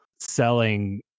selling